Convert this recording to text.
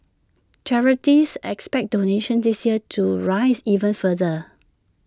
charities expect donations this year to rise even further